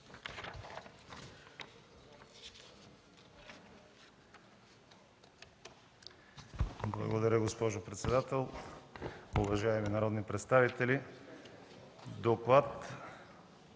Благодаря, госпожо председател. Уважаеми народни представители! „ДОКЛАД